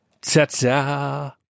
Ta-ta